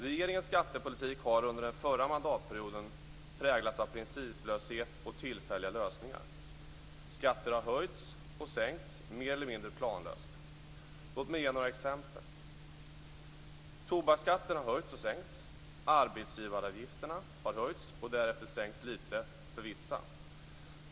Regeringens skattepolitik har under den förra mandatperioden präglats av principlöshet och tillfälliga lösningar. Skatter har höjts och sänkts mer eller mindre planlöst. Låt mig ge några exempel: Tobaksskatten har höjts och sänkts. Arbetsgivaravgifterna har höjts och därefter sänkts lite för vissa.